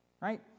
right